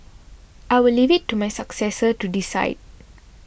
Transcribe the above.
I will leave it to my successor to decide